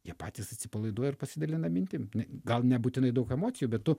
jie patys atsipalaiduoja ir pasidalina mintim gal nebūtinai daug emocijų bet tu